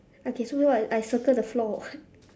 okay so what I circle the floor or what